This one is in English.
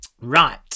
right